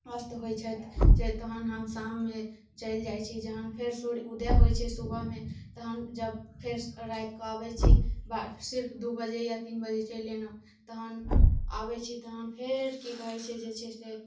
अस्त होइत छथि तहन हम शाममे चलि जाइत छी जहन फेर सूर्य उदय होइत छै सुबहमे तहन जब फेर राति कऽ अबैत छी सिर्फ दू बजे या तीन बजे चलि एलहुँ तहन आबैत छी तहन फेर की कहैत छै जे छै से